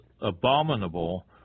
abominable